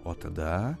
o tada